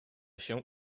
się